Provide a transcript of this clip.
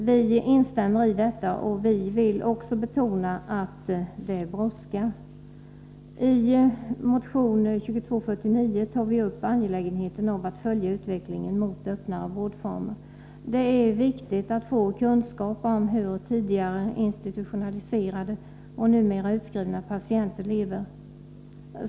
Vi instämmer i detta, och vi vill också betona att det brådskar. I motion 2249 tar vi upp angelägenheten av att följa utvecklingen mot öppnare vårdformer. Det är viktigt att få kunskap om hur tidigare institutionaliserade och numera utskrivna patienter lever.